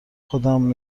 خودم